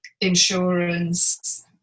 insurance